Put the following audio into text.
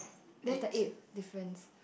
that's the eighth difference